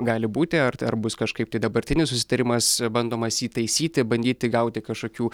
gali būti ar t ar bus kažkaip tai dabartinis susitarimas bandomas jį taisyti bandyti gauti kažkokių